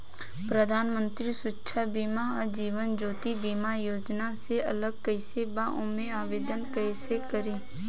प्रधानमंत्री सुरक्षा बीमा आ जीवन ज्योति बीमा योजना से अलग कईसे बा ओमे आवदेन कईसे करी?